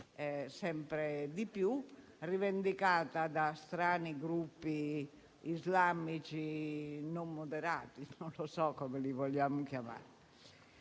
sempre di più, rivendicata da strani gruppi islamici non moderati (non so come li vogliamo chiamare).